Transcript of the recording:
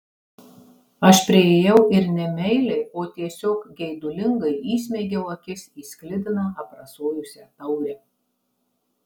aš priėjau ir ne meiliai o tiesiog geidulingai įsmeigiau akis į sklidiną aprasojusią taurę